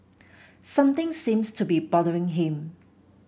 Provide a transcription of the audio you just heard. something seems to be bothering him